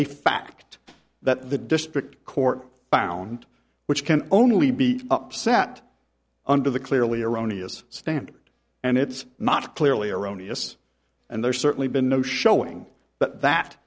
a fact that the district court found which can only be upset under the clearly erroneous standard and it's not clearly erroneous and there's certainly been no showing that